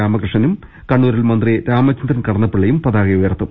രാമകൃഷ്ണനും കണ്ണൂരിൽ മന്ത്രി രാമച ന്ദ്രൻ കടന്നപ്പള്ളിയും പതാക ഉയർത്തും